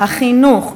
החינוך,